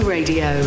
Radio